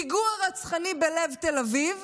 פיגוע רצחני בלב תל אביב,